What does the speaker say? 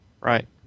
Right